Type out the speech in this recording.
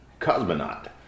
Cosmonaut